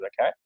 okay